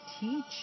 teach